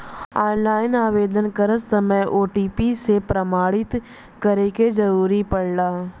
online आवेदन करत समय ओ.टी.पी से प्रमाणित करे क जरुरत पड़ला